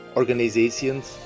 organizations